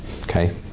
okay